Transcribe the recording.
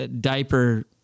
diaper